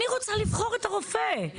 אני רוצה לבחור את הרופא.